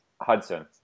Hudson